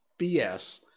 BS